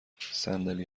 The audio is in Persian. صندلی